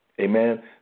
Amen